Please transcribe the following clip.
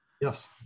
Yes